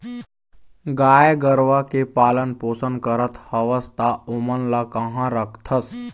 गाय गरुवा के पालन पोसन करत हवस त ओमन ल काँहा रखथस?